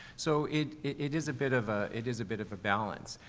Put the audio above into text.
so it. it is a bit of, ah it is a bit of a balance.